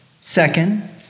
Second